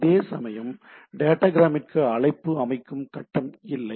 அதேசமயம் டேட்டாகிராமிற்கு அழைப்பு அமைக்கும் கட்டம் இல்லை